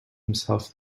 himself